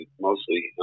mostly